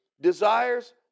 desires